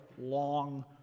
long